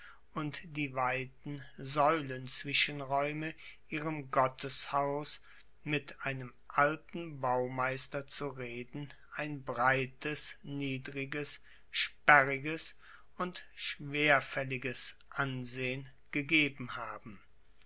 und die weiten saeulenzwischenraeume ihrem gotteshaus mit einem alten baumeister zu reden ein breites niedriges sperriges und schwerfaelliges ansehen gegeben haben